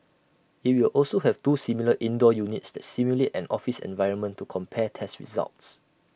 IT will also have two similar indoor units that simulate an office environment to compare tests results